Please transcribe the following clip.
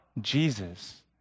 Jesus